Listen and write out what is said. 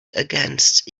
against